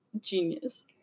genius